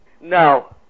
No